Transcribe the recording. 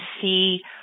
see